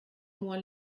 moins